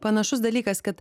panašus dalykas kad